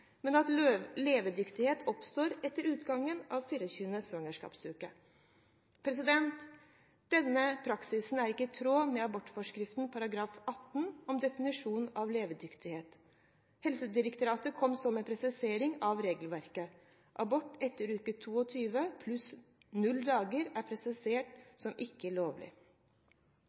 men at levedyktighet oppstår etter utgangen av 24. svangerskapsuke. Denne praksisen er ikke i tråd med abortforskriften § 18 om definisjonen av levedyktighet. Helsedirektoratet kom så med en presisering av regelverket. Abort etter uke 22 + 0 dager er presisert som ikke lovlig.